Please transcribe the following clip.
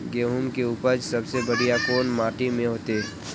गेहूम के उपज सबसे बढ़िया कौन माटी में होते?